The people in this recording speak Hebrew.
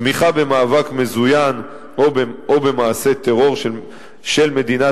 תמיכה במאבק מזוין או במעשה טרור של מדינת